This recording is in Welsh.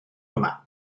yma